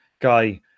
guy